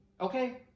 okay